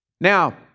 Now